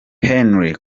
henry